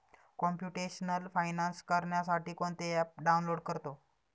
computational finance करण्यासाठी कोणते app download करतो